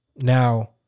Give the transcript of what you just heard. Now